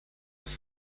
das